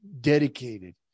dedicated